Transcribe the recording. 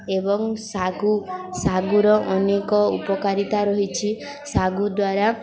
ଏବଂ ସାଗୁ ସାଗୁର ଅନେକ ଉପକାରିତା ରହିଛି ସାଗୁ ଦ୍ୱାରା